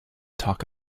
talk